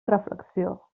reflexió